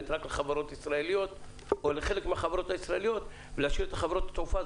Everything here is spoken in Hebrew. כי חברות גדולות לא יגישו את התצהירים ולא יתעסקו עם